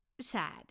sad